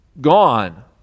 gone